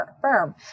firm